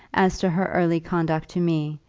as to her early conduct to me,